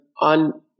on